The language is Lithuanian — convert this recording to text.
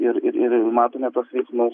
ir ir ir matome tuos veiksmus